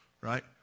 right